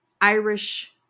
Irish